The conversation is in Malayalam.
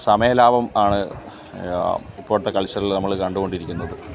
സമയലാഭം ആണ് ഇപ്പോഴത്തെ കൾച്ചറിൽ നമ്മൾ കണ്ടുകൊണ്ടിരിക്കുന്നത്